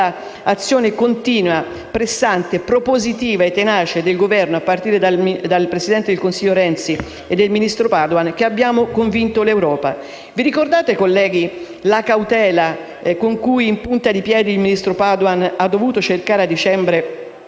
all'azione continua, pressante, propositiva e tenace del Governo, a partire dal Presidente del Consiglio Renzi al ministro Padoan, che abbiamo convinto l'Europa. Ricordate, colleghi, la cautela con cui, in punta di piedi, il ministro Padoan ha dovuto cercare a dicembre